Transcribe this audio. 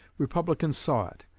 republicans saw it.